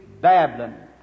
Babylon